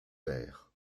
vert